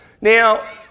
now